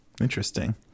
interesting